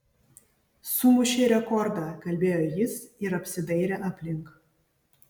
sumušei rekordą kalbėjo jis ir apsidairė aplink